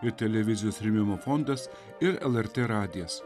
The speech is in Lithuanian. ir televizijos rėmimo fondas ir lrt radijas